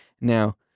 Now